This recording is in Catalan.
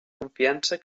confiança